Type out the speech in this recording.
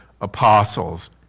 apostles